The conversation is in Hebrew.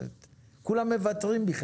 כולם מוותרים.